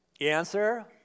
Answer